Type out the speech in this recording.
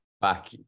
back